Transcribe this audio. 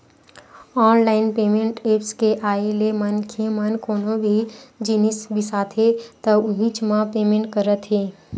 online payment apps के आए ले मनखे मन कोनो भी जिनिस बिसाथे त उहींच म पेमेंट करत हे